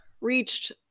reached